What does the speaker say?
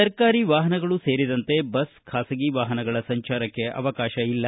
ಸರ್ಕಾರಿ ವಾಹನಗಳು ಸೇರಿದಂತೆ ಬಸ್ ಖಾಸಗಿ ವಾಹನಗಳ ಸಂಚಾರಕ್ಕೆ ಅವಕಾಶ ಇಲ್ಲ